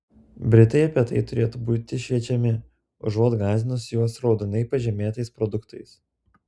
britai apie tai turėtų būti šviečiami užuot gąsdinus juos raudonai pažymėtais produktais